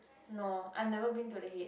no I never been to the head